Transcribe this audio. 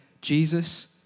Jesus